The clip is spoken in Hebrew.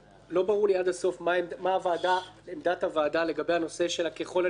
לא ברור לי עד הסוף מה עמדת הוועדה לגבי "ככל הניתן",